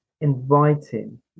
inviting